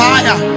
Fire